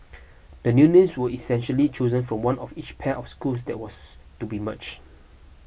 the new names were essentially chosen from one of each pair of schools that was to be merge